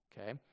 Okay